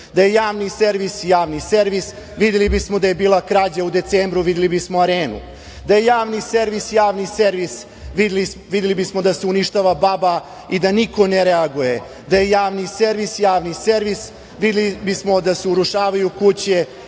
je Javni servis Javni servis, videli bismo da je bila krađa u decembru, videli bismo Arenu. Da je Javni servis Javni servis, videli bismo da se uništava Baba i da niko ne reaguje. Da je Javni servis Javni servis, videli bismo da se urušavaju kuće